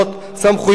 סמכויותיהם,